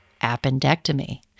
appendectomy